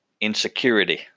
Insecurity